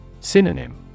Synonym